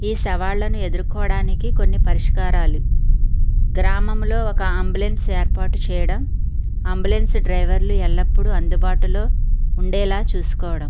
ఈ సవాళ్ళను ఎదుర్కోవడానికి కొన్ని పరిష్కారాలు గ్రామంలో ఒక అంబులెన్స్ ఏర్పాటు చేయడం అంబులెన్స్ డ్రైవర్లు ఎల్లప్పుడూ అందుబాటులో ఉండేలా చూసుకోవడం